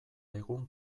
egun